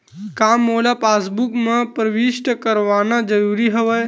का मोला पासबुक म प्रविष्ट करवाना ज़रूरी हवय?